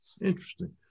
Interesting